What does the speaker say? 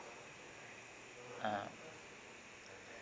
ah